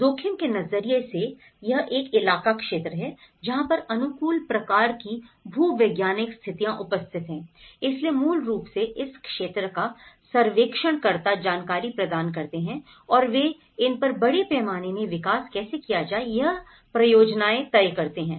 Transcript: जोखिम के नजरिए से यह एक इलाक़ा क्षेत्र है जहां पर अनुकूल प्रकार की भूवैज्ञानिक स्थितियाँ उपस्थित हैं इसलिए मूल रूप से इस क्षेत्र का सर्वेक्षणकर्ता जानकारी प्रदान करते हैं और वे इन पर बड़े पैमाने मैं विकास कैसे किया जाए यह प्रयोजनाएं तय करते हैं